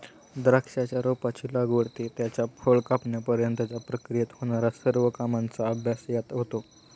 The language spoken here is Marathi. द्राक्षाच्या रोपाची लागवड ते त्याचे फळ कापण्यापर्यंतच्या प्रक्रियेत होणार्या सर्व कामांचा अभ्यास यात होतो